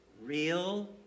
real